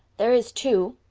there is, too.